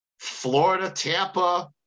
Florida-Tampa